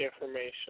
information